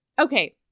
Okay